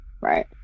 Right